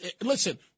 listen